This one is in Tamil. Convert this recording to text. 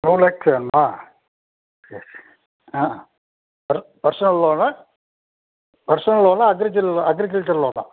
டூ லேக்ஸ் வேணுமா சரி சரி ஆ பர்ஸ் பர்சனல் லோனா பர்சனல் லோனா அக்ரிச்சல் அக்ரிகல்ச்சர் லோனா